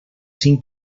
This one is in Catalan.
cinc